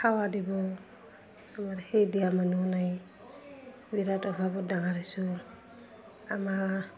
খৱা দিব আমাৰ সেই দিয়া মানুহো নাই বিৰাট অভাৱত ডাঙৰ হৈছোঁ আমাৰ